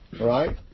right